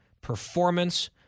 performance